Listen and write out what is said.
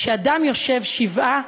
כשאדם יושב שבעה,